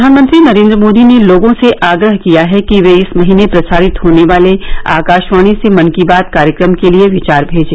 प्रधानमंत्री नरेन्द्र मोदी ने लोगों से आग्रह किया है कि वे इस महीने प्रसारित होने वाले आकाशवाणी से मन की बात कार्यक्रम के लिए विचार भेजें